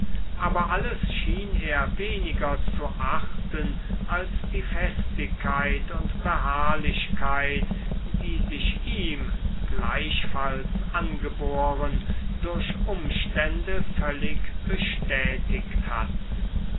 aber alles schien er weniger zu achten als die festigkeit und beharrlichkeit die sich ihm gleichfalls angeboren durch umstände völlig bestätigt hatten